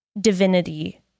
divinity